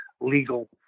legal